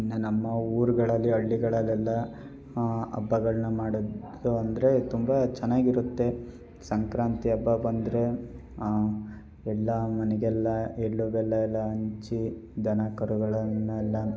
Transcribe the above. ಇನ್ನೂ ನಮ್ಮ ಊರುಗಳಲ್ಲಿ ಹಳ್ಳಿಗಳಲ್ಲೆಲ್ಲ ಹಬ್ಬಗಳನ್ನ ಮಾಡೋದು ಅಂದರೆ ತುಂಬ ಚೆನ್ನಾಗಿರುತ್ತೆ ಸಂಕ್ರಾಂತಿ ಹಬ್ಬ ಬಂದರೆ ಎಲ್ಲ ಮನೆಗೆಲ್ಲಾ ಎಳ್ಳು ಬೆಲ್ಲ ಎಲ್ಲ ಹಂಚಿ ದನ ಕರುಗಳನ್ನೆಲ್ಲ